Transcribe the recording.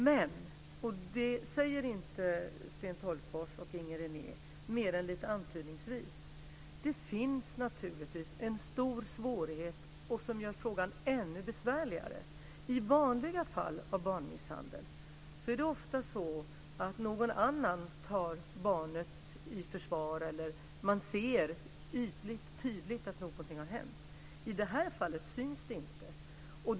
Men, och det säger inte Sten Tolgfors och Inger René mer än lite antydningsvis, det finns naturligtvis en stor svårighet som gör frågan ännu besvärligare. I vanliga fall av barnmisshandel är det ofta så att någon annan tar barnet i försvar. Man ser tydligt att någonting har hänt. I de här fallen syns det inte.